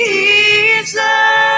Jesus